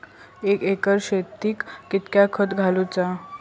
एक एकर शेताक कीतक्या खत घालूचा?